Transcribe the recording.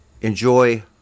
enjoy